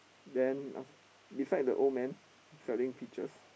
then af~ beside the old man selling peaches